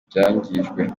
ibyangijwe